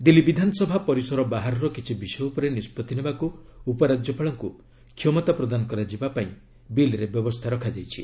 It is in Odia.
ଦିଲ୍ଲୀ ବିଧାନସଭା ପରିସର ବାହାରର କିଛି ବିଷୟ ଉପରେ ନିଷ୍ପଭି ନେବାକୁ ଉପରାଜ୍ୟପାଳଙ୍କୁ କ୍ଷମତା ପ୍ରଦାନ କରାଯିବାକୁ ବିଲ୍ରେ ବ୍ୟବସ୍ଥା ରଖାଯାଇଛି